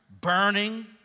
burning